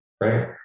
Right